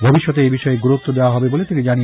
ভবিষ্যতে এই বিষয়ে গুরুত্ব দেওয়া হবে বলে তিনি জানান